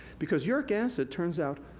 because uric acid, turns out,